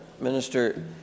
Minister